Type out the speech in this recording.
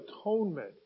atonement